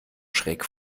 schräg